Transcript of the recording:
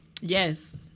Yes